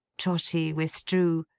trotty withdrew,